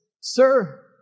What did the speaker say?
Sir